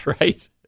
right